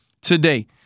today